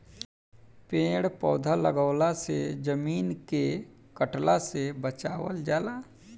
पेड़ पौधा लगवला से जमीन के कटला से बचावल जाला